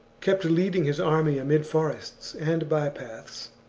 kept leading his army amid forests and bypaths.